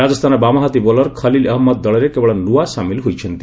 ରାଜସ୍ଥାନର ବାମହାତୀ ବୋଲର ଖଲିଲ ଅହନ୍ମଦ ଦଳରେ କେବଳ ନୂଆ ସାମିଲ ହୋଇଛନ୍ତି